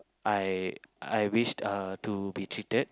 I I wished uh to be treated